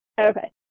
Okay